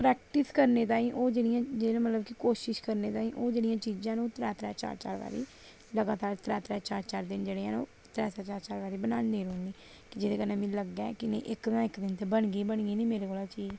practice करने तांई ओह् जेह्डियां जेह्दा मतलब के कोशिश करने ताईं ओह् जेह्ड़ियां चीजां न त्रैं त्रैं चार चार बारी लगातार त्रै त्रै चार चार दिन जेह्ड़े औह् त्रै त्रै चार चार बार अ'ऊं बनानी रौह्नी जेह्दे कन्ने मी लगदा इक ना इक दिन बनगी गै बनगी ना मेरे कोला चीज़